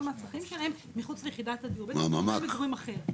מהצרכים שלהם מחוץ ליחידת הדיור בעצם אזור מגורים אחר.